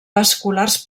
vasculars